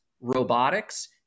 robotics